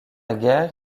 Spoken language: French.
guerre